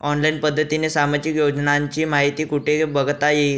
Online पद्धतीने सामाजिक योजनांची माहिती कुठे बघता येईल?